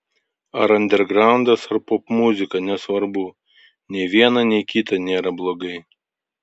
ar andergraundas ar popmuzika nesvarbu nei viena nei kita nėra blogai